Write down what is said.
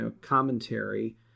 commentary